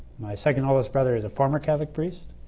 my second oldest brother is a former catholic priest.